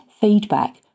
feedback